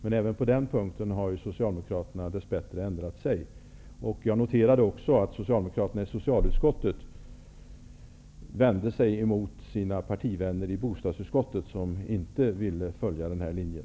Men även på den punkten har Socialdemokraterna dess bättre ändrat sig. Jag noterar också att socialdemokraterna i socialutskottet vände sig mot sina partivänner i bostadsutskottet som inte ville följa den linjen.